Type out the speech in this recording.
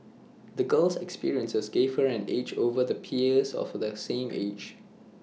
the girl's experiences gave her an edge over her peers of the same age